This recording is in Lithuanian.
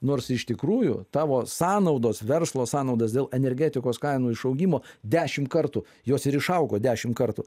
nors iš tikrųjų tavo sąnaudos verslo sąnaudas dėl energetikos kainų išaugimo dešim kartų jos ir išaugo dešim kartų